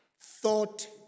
thought